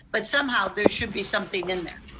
but somehow there should be something in there.